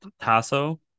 Tasso